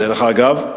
דרך אגב,